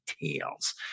details